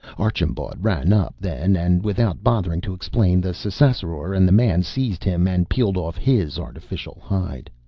archambaud ran up then and, without bothering to explain, the ssassaror and the man seized him and peeled off his artificial hide.